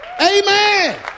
Amen